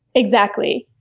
exactly.